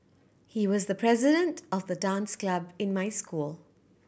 he was the president of the dance club in my school